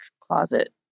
closet